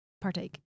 partake